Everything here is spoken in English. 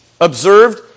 Observed